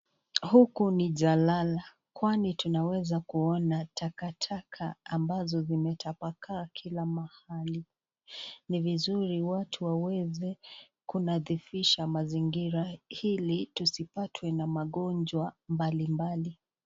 Huku ni jalala kwani tunaweza kuona takataka ambazo zimetapakaa kila mahali. Ni vizuri watu waweze kunadhifisha mazingira ili tusipatwe na magonjwa mbalimbali.